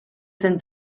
zen